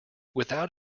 without